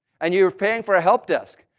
and you are paying for help desk,